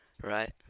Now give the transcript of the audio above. Right